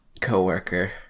co-worker